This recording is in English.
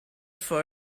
for